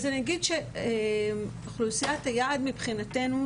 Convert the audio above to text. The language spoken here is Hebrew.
אוכלוסיית היעד מבחינתנו,